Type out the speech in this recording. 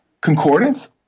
concordance